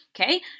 okay